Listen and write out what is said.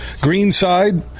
greenside